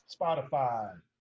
Spotify